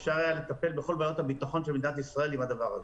אפשר היה לטפל בכל בעיות הביטחון של מדינת ישראל עם הכסף הזה.